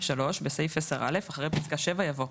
(3)בסעיף 10(א), אחרי פסקה (7) יבוא: